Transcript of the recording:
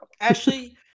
Ashley